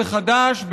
בחד"ש,